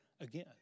again